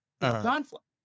conflict